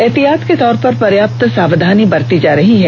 एहतियात के तौर पर पर्याप्त सावधानी बरती जा रही है